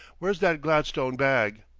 where's that gladstone bag?